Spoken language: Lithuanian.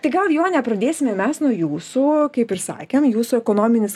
tai gal jone pradėsime mes nuo jūsų kaip ir sakėm jūsų ekonominis